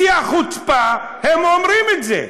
בשיא החוצפה הם אומרים את זה.